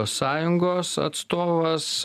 sąjungos atstovas